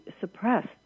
suppressed